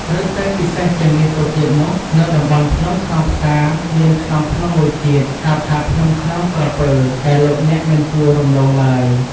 រឹតតែពិសេសជាងនេះទៅទៀតនោះ នៅតំបន់ភ្នំខ្នងផ្សាមានខ្នងភ្នំមួយទៀត ហៅថាភ្នំខ្នងក្រពើ ដែលលោកអ្នកមិនគួររំលងឡើយ។